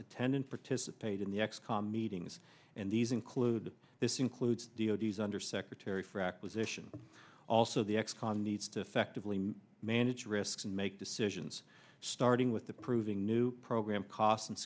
attendant participate in the x com meetings and these include this includes d o d s undersecretary for acquisition also the ex con needs to festively manage risks and make decisions starting with the proving new program cost and